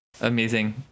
Amazing